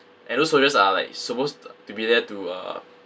and those soldiers are like supposed uh to be there to uh